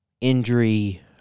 injury